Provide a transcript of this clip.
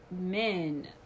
men